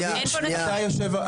אדוני, אתה יושב ראש הישיבה.